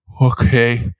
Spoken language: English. okay